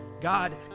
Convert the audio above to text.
God